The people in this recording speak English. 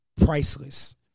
priceless